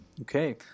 Okay